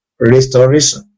restoration